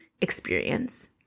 experience